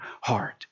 heart